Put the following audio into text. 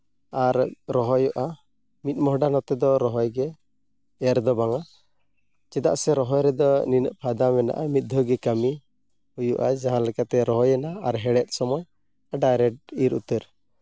ᱟᱨ ᱨᱚᱦᱚᱭᱚᱜᱼᱟ ᱢᱤᱫ ᱢᱚᱦᱰᱟ ᱱᱚᱛᱮᱫᱚ ᱨᱚᱦᱚᱭᱜᱮ ᱮᱨ ᱫᱚ ᱵᱟᱝᱼᱟ ᱪᱮᱫᱟᱜ ᱥᱮ ᱨᱚᱦᱚᱭ ᱨᱮᱫᱚ ᱱᱩᱱᱟᱹᱜ ᱯᱷᱟᱭᱫᱟ ᱢᱮᱱᱟᱜᱼᱟ ᱢᱤᱫ ᱫᱷᱟᱣᱜᱮ ᱠᱟᱹᱢᱤ ᱦᱩᱭᱩᱜᱼᱟ ᱡᱟᱦᱟᱸ ᱞᱮᱠᱟᱛᱮ ᱨᱚᱦᱚᱭᱮᱱᱟ ᱟᱨ ᱦᱮᱲᱦᱮᱫ ᱥᱚᱢᱚᱭ ᱰᱟᱭᱨᱮᱠᱴ ᱤᱨ ᱩᱛᱟᱹᱨ